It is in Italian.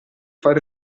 far